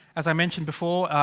as i mentioned before, ah.